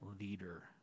leader